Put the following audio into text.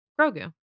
Grogu